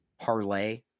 parlay